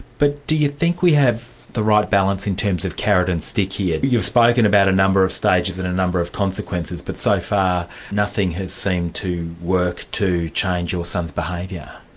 but do you think we have the right balance in terms of carrot and stick here? you've spoken about a number of stages and a number of consequences, but so far nothing has seemed to work to change your son's behaviour. yeah